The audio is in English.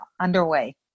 underway